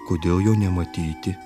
kodėl jo nematyti